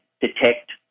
detect